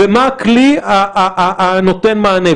ומה הכלי הנותן מענה.